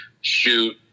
shoot